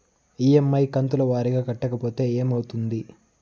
EMI కంతుల వారీగా కట్టకపోతే ఏమవుతుంది?